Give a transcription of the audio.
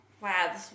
wow